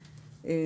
משמעותי,